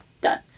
Done